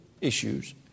issues